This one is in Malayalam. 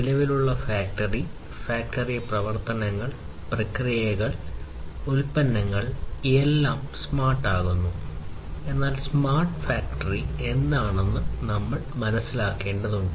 നിലവിലുള്ള ഫാക്ടറി ഫാക്ടറി പ്രവർത്തനങ്ങൾ പ്രക്രിയകൾ ഉൽപന്നങ്ങൾ എല്ലാം സ്മാർട്ടാക്കുന്നു എന്നാൽ സ്മാർട്ട് ഫാക്ടറി എന്താണെന്ന് നമ്മൾ മനസ്സിലാക്കേണ്ടതുണ്ട്